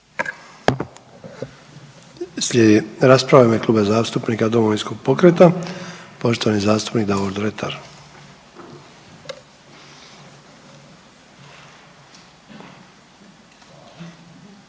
rasprava u ime Kluba zastupnika Domovinskog pokreta poštovani zastupnik Davor Dretar.